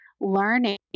learning